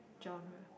genre